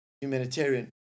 humanitarian